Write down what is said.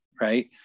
Right